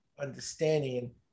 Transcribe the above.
understanding